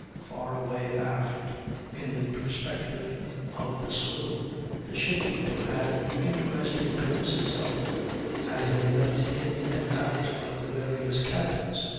far away aft in the perspective of the saloon the ship-keeper had interesting glimpses of them as they went in and out of the various cabins,